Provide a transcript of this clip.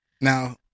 Now